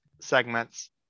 segments